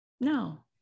no